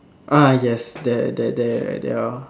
ah yes there there there are